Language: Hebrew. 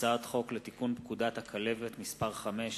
הצעת חוק לתיקון פקודת הכלבת (מס' 5),